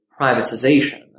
privatization